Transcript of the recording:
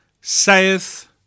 saith